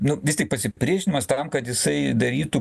nu vis tik pasipriešinimas tam kad jisai darytų